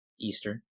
eastern